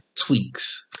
tweaks